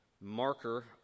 marker